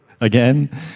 Again